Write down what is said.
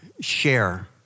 share